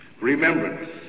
remembrance